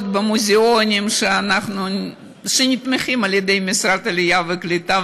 להיות במוזיאונים שנתמכים על ידי משרד העלייה והקליטה,